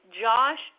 Josh